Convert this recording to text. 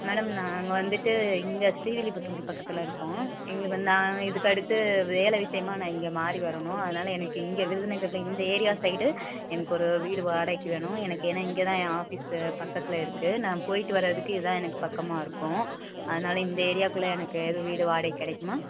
madam நாங்கள் வந்துட்டு இங்கே ஸ்ரீவில்லிபுத்தூர் பக்கத்தில் இருக்கோம் எங்களுக்கு நாங்கள் இதுக்கு அடுத்து வேலை விஷயமாக நான் இங்கே மாறி வரணும் அதனாலே எனக்கு இங்கே விருதுநகரில் இந்த ஏரியா சைடு எனக்கு ஒரு வீடு வாடகைக்கு வேணும் எனக்கு ஏனால் இங்கே தான் ஏன் ஆஃபிஸ்ஸு பக்கத்தில் இருக்குது நான் போயிட்டு வரதுக்கு இதுதான் எனக்கு பக்கமாக இருக்கும் அதனாலே இந்த ஏரியாக்குள்ளே எனக்கு ஏதும் வீடு வாடகைக்கு கிடைக்குமா